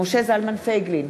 משה זלמן פייגלין,